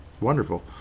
Wonderful